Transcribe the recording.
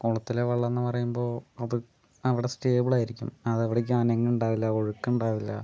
കുളത്തിലെ വെള്ളംന്ന് പറയുമ്പോൾ അത് അവിടെ സ്റ്റേബിൾ ആയിരിക്കും അതെവിടേക്കും അനങ്ങുന്നുണ്ടാവില്ല ഒഴുക്കുണ്ടാവില്ല